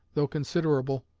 though considerable,